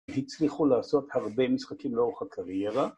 ‫הצליחו לעשות הרבה משחקים ‫לאורך הקריירה.